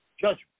Judgment